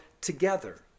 together